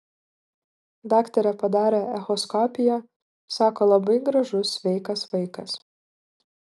daktarė padarė echoskopiją sako labai gražus sveikas vaikas